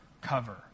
cover